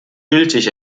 gültig